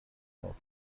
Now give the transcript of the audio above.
قاب